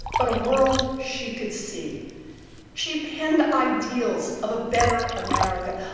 but a world she could see she penned ideals of a better america.